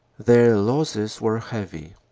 their losses were heavy.